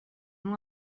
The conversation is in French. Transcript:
nous